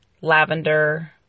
lavender